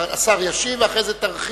השר ישיב, ואחרי זה תרחיב